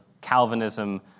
Calvinism